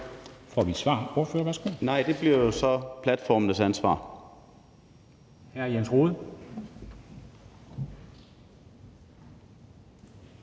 Larsen (S): Nej, det bliver jo så platformenes ansvar.